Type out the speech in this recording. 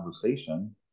conversation